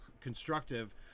constructive